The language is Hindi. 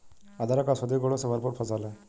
अदरक औषधीय गुणों से भरपूर फसल है